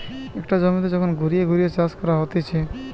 একটা জমিতে যখন ঘুরিয়ে ঘুরিয়ে চাষ করা হতিছে